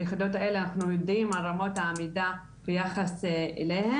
היחידות האלה אנחנו יודעים על רמות העמידה ביחס אליהן.